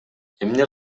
эмне